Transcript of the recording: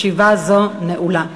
ישיבה זו נעולה.